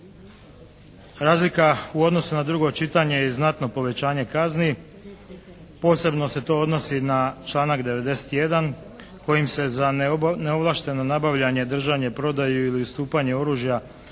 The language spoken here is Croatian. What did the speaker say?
Razlika u odnosu na drugo čitanje je znatno povećanje kazni, posebno se to odnosi na članak 91. kojim se za neovlašteno nabavljanje, držanje, prodaju ili ustupanje oružja